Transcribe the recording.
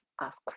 ask